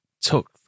took